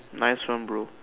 nice one bro